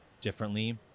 differently